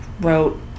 wrote